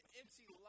empty